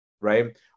right